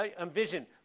envision